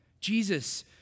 Jesus